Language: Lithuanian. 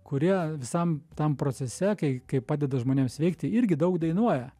kurie visam tam procese kai kai padeda žmonėm sveikti irgi daug dainuoja